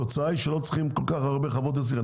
התוצאה היא שלא צריכים כל כך הרבה חוות הסגר.